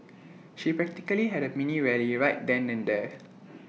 she practically had A mini rally right then and there